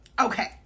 okay